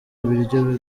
ibiryo